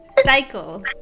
Cycle